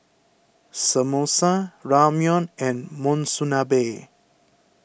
Samosa Ramyeon and Monsunabe